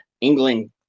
england